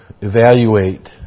evaluate